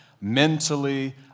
mentally